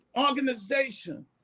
organization